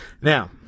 now